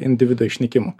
individo išnykimu